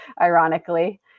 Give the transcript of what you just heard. ironically